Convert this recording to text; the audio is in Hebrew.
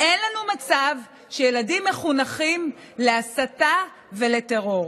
אין לנו מצב שבו ילדים מחונכים להסתה ולטרור.